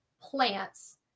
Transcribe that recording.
plants